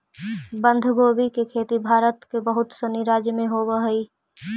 बंधगोभी के खेती भारत के बहुत सनी राज्य में होवऽ हइ